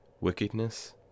wickedness